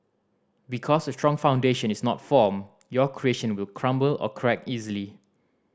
because a strong foundation is not formed your creation will crumble or crack easily